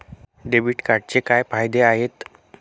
Debit कार्डचे काय फायदे आहेत?